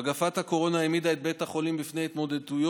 מגפת הקורונה העמידה את בית החולים בפני התמודדויות